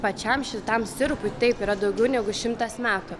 pačiam šitam sirupui taip yra daugiau negu šimtas metų